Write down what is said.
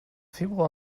februar